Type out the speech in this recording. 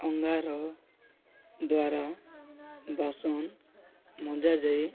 ଅଙ୍ଗାର ଦ୍ୱାରା ବାସନ ମଜା ଯାଇ